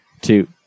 two